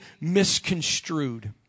misconstrued